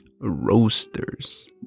roasters